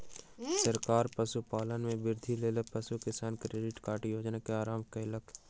सरकार पशुपालन में वृद्धिक लेल पशु किसान क्रेडिट कार्ड योजना के आरम्भ कयलक